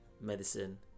medicine